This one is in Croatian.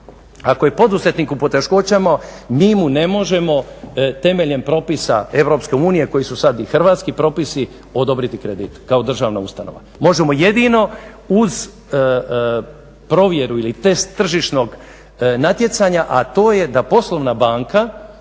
Ako je poduzetnik u poteškoćama mi mu ne možemo temeljem propisa EU koji su sad i hrvatski propisi odobriti kredit kao državna ustanova. Možemo jedino uz provjeru ili test tržišnog natjecanja, a to je da poslovna banka